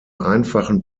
einfachen